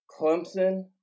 Clemson